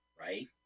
right